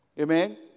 Amen